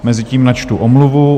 Mezitím načtu omluvu.